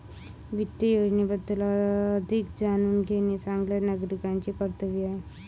वित्त योजनेबद्दल अधिक जाणून घेणे चांगल्या नागरिकाचे कर्तव्य आहे